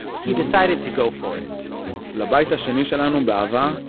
he decided to go for it la'bayit ha'sheni shelanu, be'a'hava,